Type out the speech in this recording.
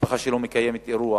המשפחה שלו מקיימת אירוע